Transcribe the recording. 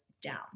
down